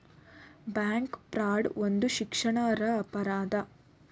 bank fraud ಒಂದು ಶಿಕ್ಷಾರ್ಹ ಅಪರಾಧ